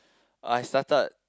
I started